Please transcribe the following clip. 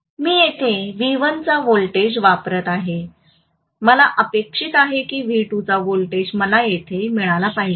मी येथे V1 चा voltage वापरत आहे मला अपेक्षित आहे की V2 चा व्होल्टेज मला येथे मिळाला पाहिजे